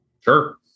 Sure